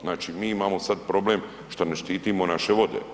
Znači, mi imamo sad problem šta ne štitimo naše vode.